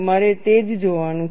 તમારે તે જ જોવાનું છે